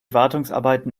wartungsarbeiten